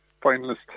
finalist